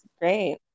great